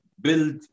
build